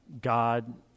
God